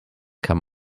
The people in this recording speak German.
kann